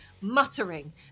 muttering